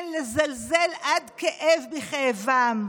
כן, לזלזל עד כאב בכאבם?